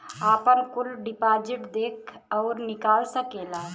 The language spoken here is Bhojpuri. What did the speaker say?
आपन कुल डिपाजिट देख अउर निकाल सकेला